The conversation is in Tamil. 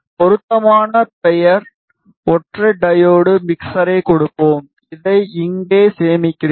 பொருத்தமான பெயர் ஒற்றை டையோடு மிக்சரை கொடுப்போம் இதை இங்கே சேமிக்கிறேன்